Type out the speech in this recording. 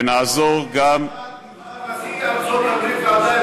ונעזור גם יש כבר נשיא בארצות-הברית,